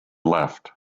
left